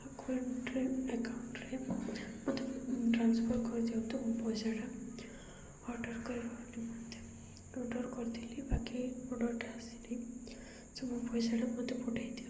ଆକାଉଣ୍ଟରେ ଆକାଉଣ୍ଟରେ ମୋତେ ଟ୍ରାନ୍ସଫର୍ କରିଦିଅ ତ ପଇସାଟା ଅର୍ଡ଼ର୍ କରିବ ବୋଲି ମୋତେ ଅର୍ଡ଼ର୍ କରିଥିଲି ବାକି ଅର୍ଡ଼ର୍ଟା ଆସିିନି ସବୁ ପଇସାଟା ମୋତେ ପଠାଇ ଦିଅନ୍ତୁ